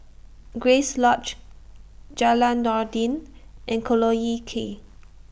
Grace Lodge Jalan Noordin and Collyer Quay